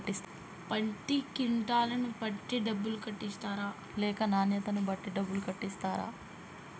పత్తి క్వింటాల్ ను బట్టి డబ్బులు కట్టిస్తరా లేక నాణ్యతను బట్టి డబ్బులు కట్టిస్తారా?